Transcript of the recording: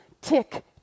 tick